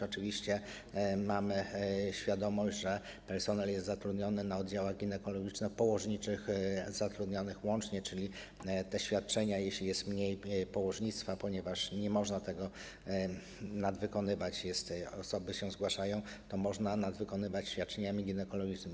Oczywiście mamy świadomość, że personel na oddziałach ginekologiczno-położniczych jest zatrudniony łącznie, czyli te świadczenia, jeśli jest mniej położnictwa - ponieważ nie można tego nadwykonywać - jeśli osoby się zgłaszają, to można nadwykonywać świadczeniami ginekologicznymi.